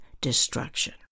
destruction